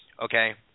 okay